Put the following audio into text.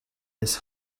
miss